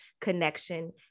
connection